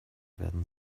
werden